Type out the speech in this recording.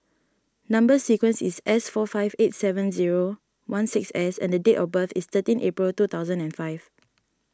Number Sequence is S four five eight seven zero one six S and the date of birth is thirteen April two thousand and five